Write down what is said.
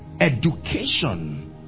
education